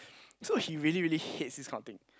so he really really hates this kind of thing